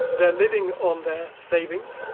they're living on their savings.